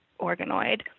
organoid